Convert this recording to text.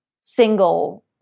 single